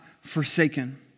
forsaken